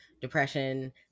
Depression